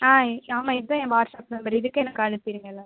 ஆ ஆமாம் இதுதான் என் வாட்ஸ்அப் நம்பர் இதுக்கே எனக்கு அனுப்பிவிடுங்க எல்லாம்